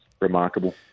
remarkable